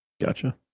Gotcha